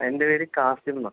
എൻ്റെ പേര് കാസിം എന്നാണ്